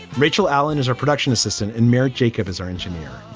rachel allen is our production assistant in marriage. jacob is our engineer.